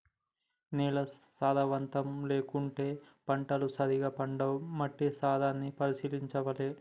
నేల సారవంతం లేకుంటే పంటలు సరిగా పండవు, మట్టి సారాన్ని పరిశీలించాలె